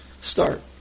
start